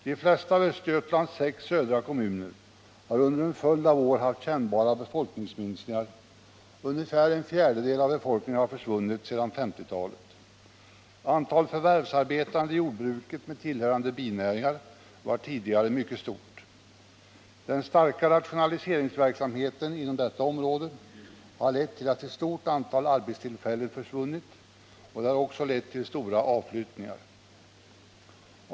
De flesta av Östergötlands sex södra kommuner har under en följd av år haft kännbara befolkningsminskningar. Ungefär en fjärdedel av befolkningen har försvunnit sedan 1950-talet. Antalet förvärvsarbetande i jordbruket med tillhörande binäringar var tidigare mycket stort. Den starka rationaliseringsverksamheten inom detta område har lett till att ett stort antal arbetstillfällen försvunnit liksom också till stora avflyttningar.